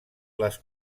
les